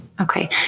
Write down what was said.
Okay